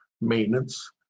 maintenance